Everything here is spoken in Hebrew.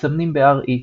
מסמנים ב-RE .